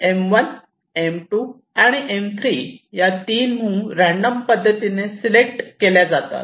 M1 M2 आणि M3 या तीन मूव्ह रॅन्डम पद्धतीने सिलेक्ट केल्या जातात